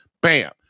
bam